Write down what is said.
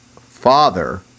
father